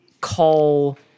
call